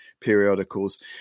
periodicals